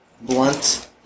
blunt